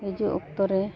ᱦᱤᱡᱩᱜ ᱚᱠᱛᱚᱨᱮ